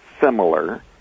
similar